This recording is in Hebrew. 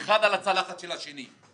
אחד בצלחתו של השני.